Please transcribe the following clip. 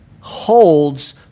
holds